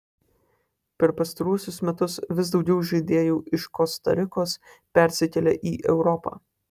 per pastaruosius metus vis daugiau žaidėjų iš kosta rikos persikelia į europą